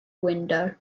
window